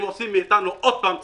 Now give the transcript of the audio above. הם עושים מאתנו עוד פעם צחוק.